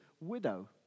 widow